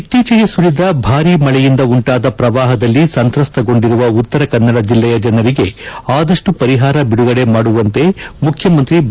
ಇತ್ತೀಚೆಗೆ ಸುರಿದ ಭಾರೀ ಮಳೆಯಿಂದ ಉಂಟಾದ ಪ್ರವಾಹದಲ್ಲಿ ಸಂತ್ರಸಗೊಂಡಿರುವ ಉತ್ತರ ಕನ್ನಡ ಜಿಲ್ಲೆಯ ಜನರಿಗೆ ಆದಷ್ಟು ಪರಿಹಾರ ಬಿಡುಗಡೆ ಮಾಡುವಂತೆ ಮುಖ್ಯಮಂತ್ರಿ ಬಿ